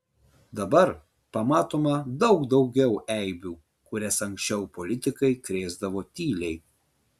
dabar pamatoma daug daugiau eibių kurias anksčiau politikai krėsdavo tyliai